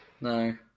No